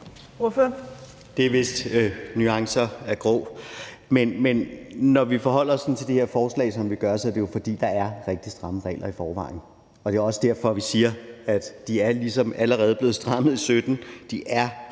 Det er vist nuancer af grå. Men når vi forholder os til det her forslag, som vi gør, er det jo, fordi der er rigtig stramme regler i forvejen, og de er ligesom allerede blevet strammet i 2017. De er